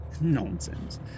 Nonsense